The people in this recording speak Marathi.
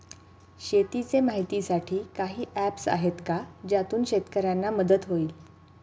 शेतीचे माहितीसाठी काही ऍप्स आहेत का ज्यातून शेतकऱ्यांना मदत होईल?